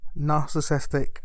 narcissistic